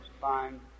Fine